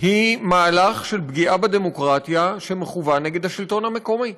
היא מהלך של פגיעה בדמוקרטיה שמכוון נגד השלטון המקומי.